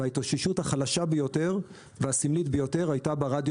וההתאוששות החלשה ביותר והסמלית ביותר הייתה ברדיו